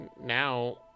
now